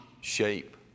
shape